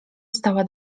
stała